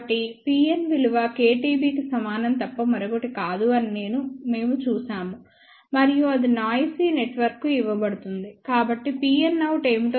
కాబట్టి Pn విలువ kTB కి సమానం తప్ప మరొకటి కాదు అని మేము చూశాము మరియు అది నాయిసీ నెట్వర్క్కు ఇవ్వబడుతుంది కాబట్టి Pnoutఏమిటో చూద్దాం